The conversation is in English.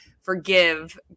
forgive